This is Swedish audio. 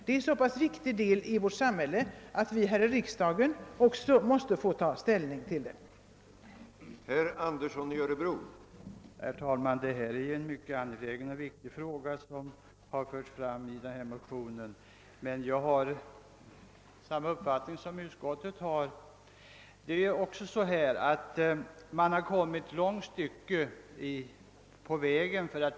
Detta är en så viktig del av samhällsverksamheten, att vi här i riksdagen också måste få ta ställning till dessa frågor.